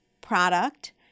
product